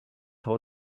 how